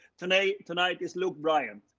tonight tonight is luke brian.